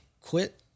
quit